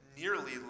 nearly